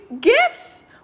gifts